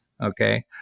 okay